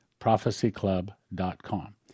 Prophecyclub.com